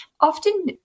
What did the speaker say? Often